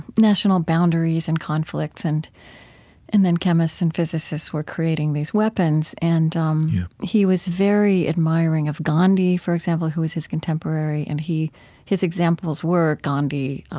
national boundaries and conflicts. and and then chemists and physicists were creating these weapons. and um he was very admiring of gandhi, for example, who was his contemporary and he his examples were gandhi,